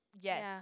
Yes